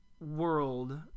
world